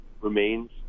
remains